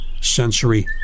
sensory